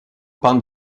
pend